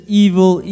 evil